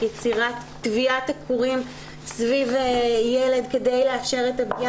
טוויית הקורים סביב ילד כדי לאפשר את הפגיעה.